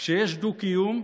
כשיש דו-קיום,